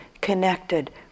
connected